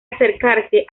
acercarse